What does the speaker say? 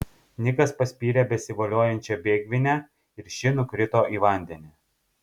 nikas paspyrė besivoliojančią bėgvinę ir ši nukrito į vandenį